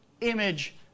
image